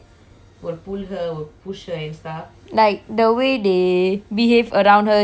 like the way they behave around her seem very odd lah ya I don't like